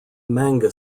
manga